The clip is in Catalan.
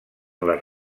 les